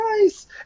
nice